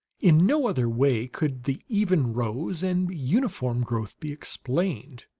in no other way could the even rows and uniform growth be explained